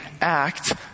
act